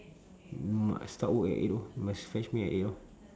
must start work at eight lor you must fetch me at eight lor